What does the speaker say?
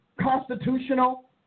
constitutional